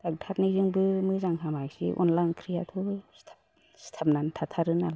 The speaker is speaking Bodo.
ड'क्टरनिजोंबो मोजां हामाखिसै अनद्ला ओंख्रिया सिथाबनानै थाथारोनालाय